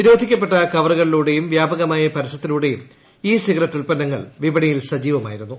നിരോധിക്കപ്പെട്ട കവറുകളിലൂടെയും വ്യാപകമായ പരസ്യത്തിലൂടെയും ഇ സിഗരറ്റ് ഉൽപ്പന്നങ്ങൾ വിപണിയിൽ സജീവമായിരുന്നു